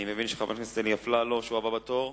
אני מבין שחבר הכנסת אלי אפללו, שהוא הבא בתור,